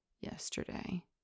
yesterday